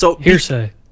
Hearsay